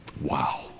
Wow